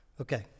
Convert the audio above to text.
Okay